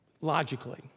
logically